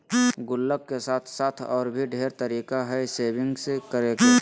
गुल्लक के साथ साथ और भी ढेर तरीका हइ सेविंग्स करे के